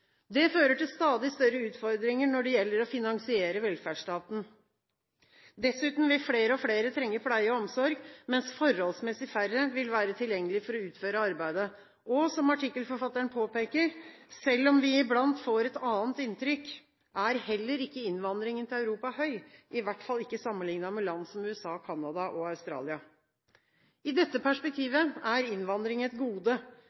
Det fører til stadig større utfordringer når det gjelder å finansiere velferdsstaten. Dessuten vil flere og flere trenge pleie og omsorg, mens forholdsmessig færre vil være tilgjengelige for å utføre arbeidet. Og som artikkelforfatteren påpeker: «Selv om vi iblant får et annet inntrykk, er heller ikke innvandringen til Europa høy, i hvert fall ikke sammenlignet med land som USA, Canada og Australia.» I dette perspektivet er innvandring et gode,